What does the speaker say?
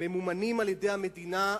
ממומנים על-ידי המדינה,